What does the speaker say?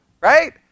Right